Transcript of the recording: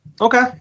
Okay